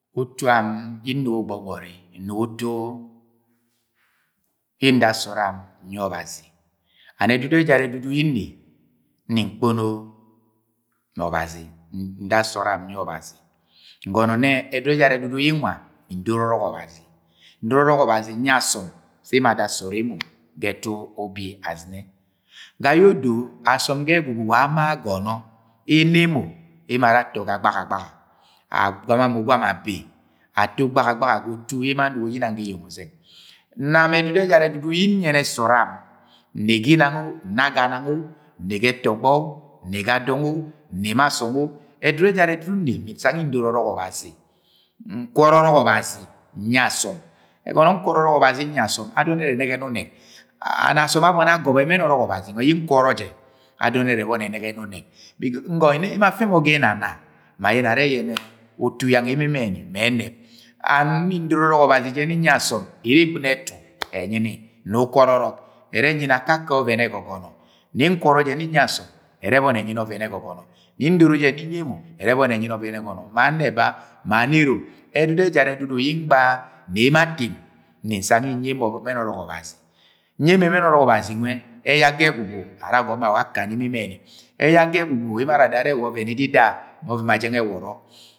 Utuam yẹ nnugo gbọgbori, nnufo utu ye nda sọodam nyi ọbazi and edudu ejara yẹ nne, nni nkpọno ọbazi. Nda soo dam nyi Obazi. Ngọnọ nnẹ edudu ejara edudu ye nam nwa mi ndoro ọrọk Ọbazi. Ndoro ọrọk Ọbazi nyi asọm sẹ emo ada sọọd emo ga etu ubi azine. Ga yẹ odo asọm ga ama agọnọ ẹna emo are atọ go gbagagbaga, agwama ma ugwama abe. Anọng ato gbagagbaga ga utu yẹ emo anugo je ginang ga eyena azɨn. Nam ẹdudu ẹjara ẹdudu yẹ nyẹnẹ sọọd am, nne ginang o, nne aga nang o, nne ga etọgbọ o, ma asọm o, edudu ejara nne ga dọng o! nne nsang yẹ ndọrọ ọrọk Ọbazi edudu yẹ nne mi Nkwọrọ ọrọk Ọbazi nyi asọm. Ẹgọnọ nkwọrọọrọk Ọbazi nyi asọm adọn ẹrẹ ẹnẹgẹ ni unege and asọm abọni agọbọ ẹmẹn ọrọk Ọbazi yẹ nkwọrọ je adọn ẹrẹ ẹbọni ẹnẹgẹ unẹsẹ ẹgọnọ ni nnẹ emo afẹ mo ga ẹnana ma ayẹnẹ ẹrẹ yẹnẹ utuy yang emo ẹmẹni me ẹnẹb. And nre nri ndor ọrọk Ọbazi ije nni nyi asọm ere egbɨno ẹtu ẹnyi ni na ukwọrọ ọrọk. Ẹrẹ ẹnyi ni ạkakẹ Ọvẹn ẹgọgọnọ nẹ nni nkwọrọ jẹ nni nyi asọm ẹrẹ ẹbọni ẹnyi Ọvẹn ẹgọgọnọ Ne nni ndoro je nni nyi emo, ẹrẹ ẹbọni ẹnyi ni ọvẹn ẹgọgọnọ. Ma anẹba ma anerom, edudu ẹjara edudu yẹ ngba nnẹ emo atem nni nsang ye nni emo ẹmẹn ọrọk obazi. Nyi emo ẹmẹn ọrọk obazinwẹ, ẹyak ga ẹgwugwu ara ạgọmọ ara awa akana emo ẹmẹnì. Ẹyak ga egwugwu are adoro arẹ wa ọvẹn ìdìda ọvẹn majẹng ewọrọ.